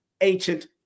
ancient